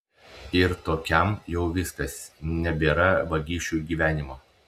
ir tokiam jau viskas nebėra vagišiui gyvenimo